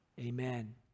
amen